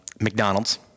McDonald's